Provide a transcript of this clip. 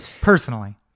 Personally